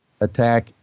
attack